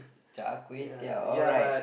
char kueh-teow alright